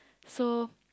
so